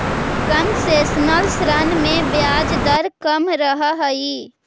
concessional ऋण में ब्याज दर कम रहऽ हइ